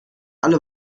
alle